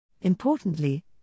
Importantly